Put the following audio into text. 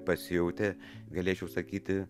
pasijautė galėčiau sakyti